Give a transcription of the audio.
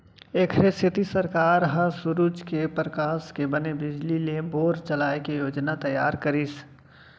एखरे सेती सरकार ह सूरूज के परकास के बने बिजली ले बोर चलाए के योजना तइयार करिस